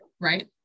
right